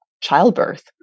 childbirth